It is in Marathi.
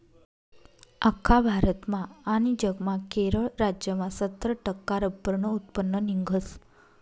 आख्खा भारतमा आनी जगमा केरळ राज्यमा सत्तर टक्का रब्बरनं उत्पन्न निंघस